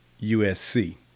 USC